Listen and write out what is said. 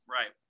right